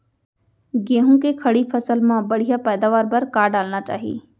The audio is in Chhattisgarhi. गेहूँ के खड़ी फसल मा बढ़िया पैदावार बर का डालना चाही?